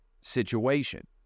situation